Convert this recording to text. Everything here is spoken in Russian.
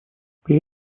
при